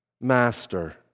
Master